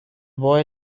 boy